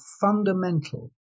fundamental